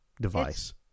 device